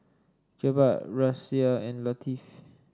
Jebat Raisya and Latif